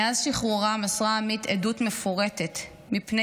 מאז שחרורה מסרה עמית עדות מפורטת בפני